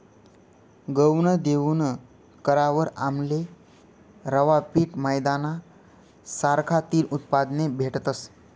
गऊनं दयन करावर आमले रवा, पीठ, मैदाना सारखा तीन उत्पादने भेटतस